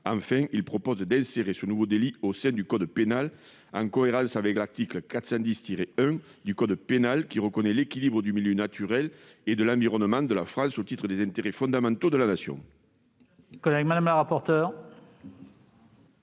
Enfin, il a pour objet d'insérer ce nouveau délit au sein du code pénal, en cohérence avec l'article 410-1, qui reconnaît déjà l'équilibre du milieu naturel et de l'environnement de la France au titre des intérêts fondamentaux de la Nation. Quel est